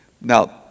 Now